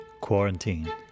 Quarantine